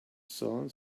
sullen